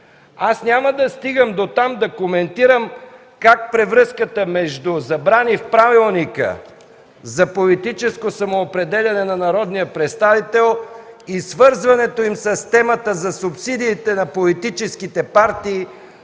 Аз няма да стигам дотам да коментирам как превръзката между забрани в правилника за политическо самоопределяне на народния представител и свързването им с темата за субсидиите на политическите партии,